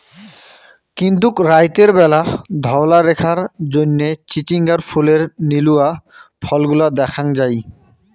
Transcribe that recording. কিন্তুক রাইতের ব্যালা ধওলা রেখার জইন্যে চিচিঙ্গার ফুলের নীলুয়া ফলগুলা দ্যাখ্যাং যাই